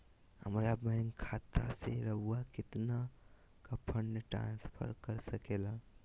हमरा बैंक खाता से रहुआ कितना का फंड ट्रांसफर कर सके ला?